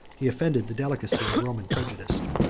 he offended the delicacy of roman prejudice.